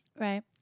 Right